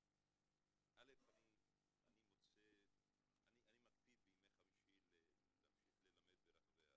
א', אני מקפיד בימי חמישי להמשיך ללמד ברחבי הארץ.